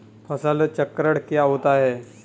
फसल चक्रण क्या होता है?